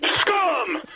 scum